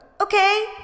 okay